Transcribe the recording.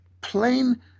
plain